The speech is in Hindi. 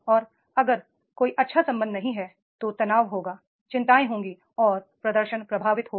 और अगर कोई अच्छा संबंध नहीं है तो तनाव होगा चिं ताएं होंगी और प्रदर्शन प्रभावित होगा